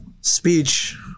speech